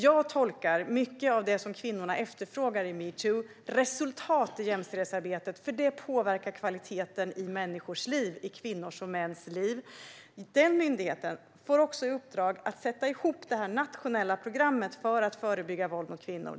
Jag tolkar det som att mycket av det kvinnorna i metoo-uppropet efterfrågar är resultat i jämställdhetsarbetet eftersom det påverkar kvaliteten i människors liv, i kvinnors och mäns liv. Den myndigheten får också i uppdrag att sätta ihop det nationella programmet för att förebygga våld mot kvinnor.